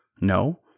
No